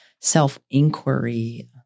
self-inquiry